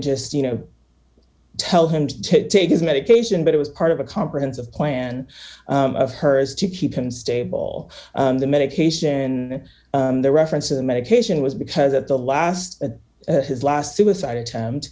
just you know tell him to take his medication but it was part of a comprehensive plan of hers to keep unstable the medication in the reference of the medication was because at the last of his last suicide attempt